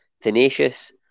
Tenacious